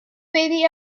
baby